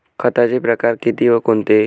खताचे प्रकार किती व कोणते?